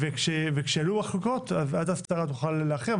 וכשיעלו מחלוקות אז הוועדה תוכל להכריע.